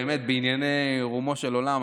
באמת בעניינים ברומו של עולם,